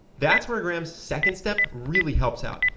that's where graham's second step really helps out.